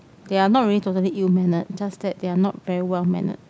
they are not really totally ill mannered just that they are not very well mannered